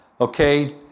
okay